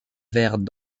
vert